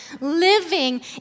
living